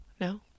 no